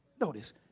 Notice